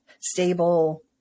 stable